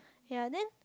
ya then